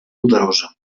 poderosa